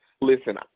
listen